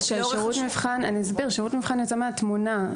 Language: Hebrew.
שירות מבחן יוצא התמונה.